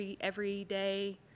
everyday